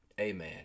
amen